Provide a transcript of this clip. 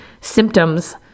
symptoms